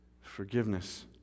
forgiveness